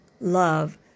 love